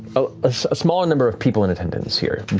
a small number of people in attendance here.